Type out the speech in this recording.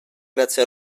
grazie